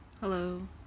Hello